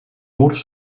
murs